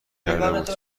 نمیدونستم